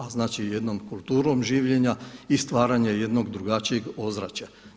A znači jednom kulturom življenja i stvaranja jednog drugačijeg ozračja.